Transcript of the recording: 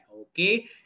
Okay